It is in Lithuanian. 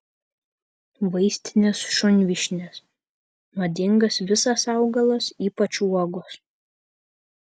vaistinės šunvyšnės nuodingas visas augalas ypač uogos